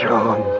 John